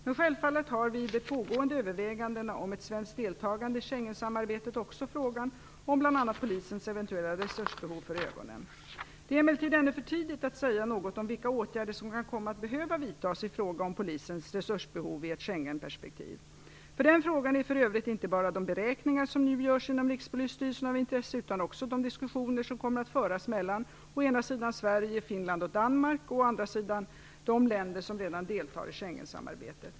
Men självfallet har vi i de pågående övervägandena om ett svenskt deltagande i Schengensamarbetet också frågan om bl.a. Polisens eventuella resursbehov för ögonen. Det är emellertid ännu för tidigt att säga något om vilka åtgärder som kan komma att behöva vidtas i fråga om Polisens resursbehov i ett Schengenperspektiv. För den frågan är för övrigt inte bara de beräkningar som nu görs inom Rikspolisstyrelsen av intresse utan också de diskussioner som kommer att föras mellan å ena sidan Sverige, Finland och Danmark och å andra sidan de länder som redan deltar i Schengensamarbetet.